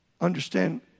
understand